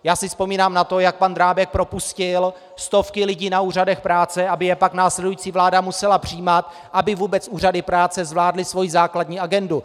Já si vzpomínám na to, jak pan Drábek propustil stovky lidí na úřadech práce, aby je pak následující vláda musela přijímat, aby vůbec úřady práce zvládly svoji základní agendu.